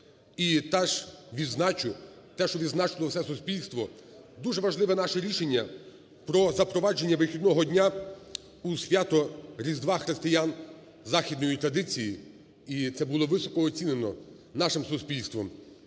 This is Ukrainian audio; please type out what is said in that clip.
те, що відзначило все суспільство: дуже важливе наше рішення про запровадження вихідного дня у свято Різдва християн західної традиції, і це було високо оцінено нашим суспільством.